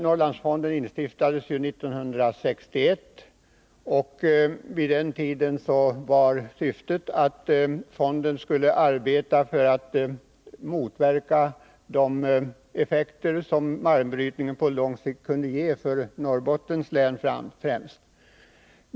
Norrlandsfonden instiftades 1961, och syftet var att fonden skulle arbeta för att motverka de effekter som en minskad malmbrytning på lång sikt | Norrlandsfondens kunde ge, främst för Norrbottens län.